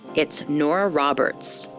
it's nora roberts.